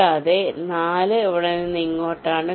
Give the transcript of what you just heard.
കൂടാതെ 4 ഇവിടെ നിന്ന് ഇങ്ങോട്ടാണ്